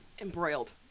Embroiled